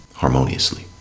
harmoniously